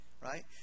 right